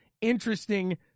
interesting